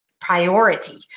priority